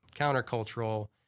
countercultural